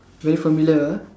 very familiar ah